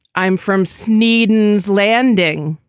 i'm from snead ann's landing.